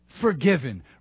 Forgiven